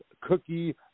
cookie